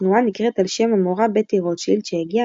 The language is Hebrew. התנועה נקראת על שם המורה בטי רוטשילד שהגיעה